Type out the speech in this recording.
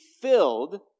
filled